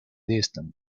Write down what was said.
distant